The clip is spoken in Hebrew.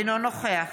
אינו נוכח